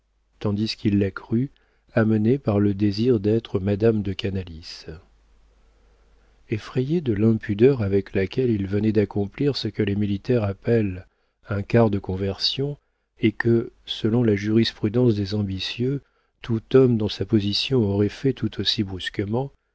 tandis qu'il la crut amenée par le désir d'être madame de canalis effrayé de l'impudeur avec laquelle il venait d'accomplir ce que les militaires appellent un quart de conversion et que selon la jurisprudence des ambitieux tout homme dans sa position aurait fait tout aussi brusquement